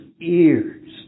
ears